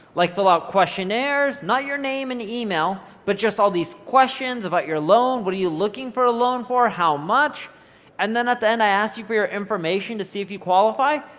like fill out questionnaires, not your name and email but just all these questions about your loan. what are you looking for a loan for, how much and then at the end i asked you for your information to see if you qualify,